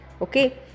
Okay